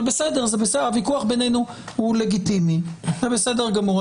אבל בסדר, הוויכוח בינינו לגיטימי וזה בסדר גמור.